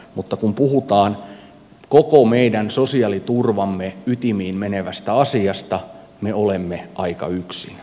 mutta kun puhutaan koko meidän sosiaaliturvamme ytimiin menevästä asiasta me olemme aika yksin